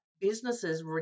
businesses